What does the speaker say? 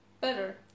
Better